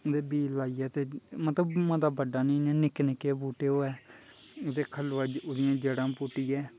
उं'दे बीऽ लाइयै ते मतलब मता बड्डा निं होंदा निक्के निक्के बूह्टे होऐ ओह्दियां जड़ा पुट्टियै